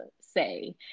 say